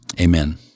Amen